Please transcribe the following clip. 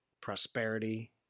prosperity